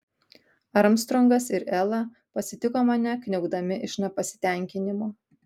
armstrongas ir ela pasitiko mane kniaukdami iš nepasitenkinimo